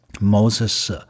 Moses